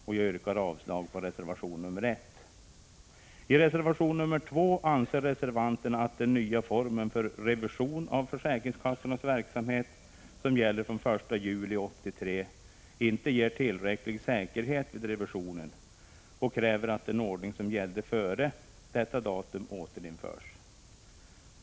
Jag yrkar därför avslag på reservation 1. I reservation 2 anser reservanterna att den nya formen för revision av försäkringskassornas verksamhet, som gäller från den 1 juli 1983, inte ger tillräcklig säkerhet vid revisionen och kräver att den ordning som gällde före detta datum återinförs.